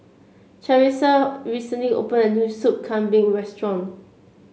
Charissa recently opened a new Soup Kambing restaurant